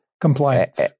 compliance